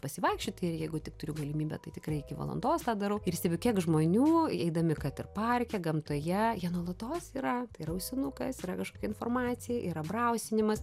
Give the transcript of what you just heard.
pasivaikščioti ir jeigu tik turiu galimybę tai tikrai iki valandos tą darau ir stebiu kiek žmonių eidami kad ir parke gamtoje jie nuolatos yra ir ausinukas yra kažkokia informacija yra brausinimas